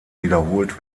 wiederholt